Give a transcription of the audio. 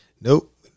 Nope